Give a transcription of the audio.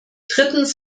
drittens